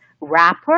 rapper